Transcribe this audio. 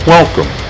Welcome